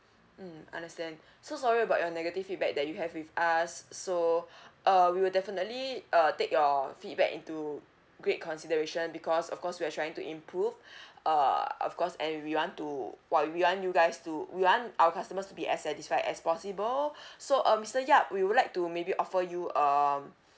mm understand so sorry about your negative feedback that you have with us so uh we'll definitely uh take your feedback into great consideration because of course we are trying to improve uh of course and we want to well we want you guys to we want our customers to be as satisfied as possible so uh mister yap we would like to maybe offer you um